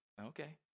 okay